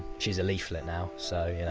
she's a leaflet now, so, yeah